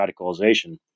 radicalization